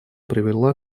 привела